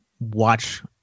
watch